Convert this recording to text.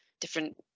different